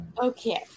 okay